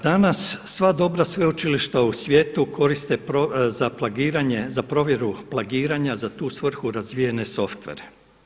Danas sva dobra sveučilišta u svijetu koriste za plagiranje, za provjeru plagiranja za tu svrhu razvijene softvere.